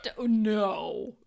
No